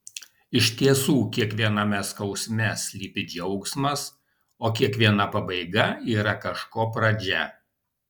iš tiesų kiekviename skausme slypi džiaugsmas o kiekviena pabaiga yra kažko pradžia